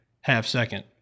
half-second